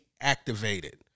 activated